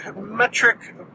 metric